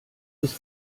ist